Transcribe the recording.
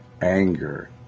anger